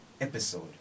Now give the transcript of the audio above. episode